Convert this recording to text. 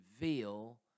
reveal